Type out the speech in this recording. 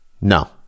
No